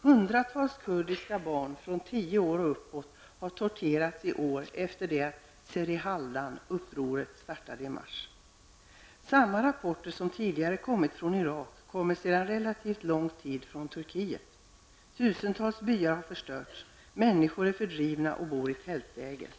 Hundratals kurdiska barn, från tio år och uppåt, har torterats i år efter det att ''serihaldan'', upproret, startade i mars. Samma rapporter som tidigare har kommit från Irak kommer sedan relativt lång tid tillbaka från Turkiet. Tusentals byar har förstörts, människor är fördrivna och bor i tältläger.